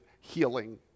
healing